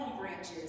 branches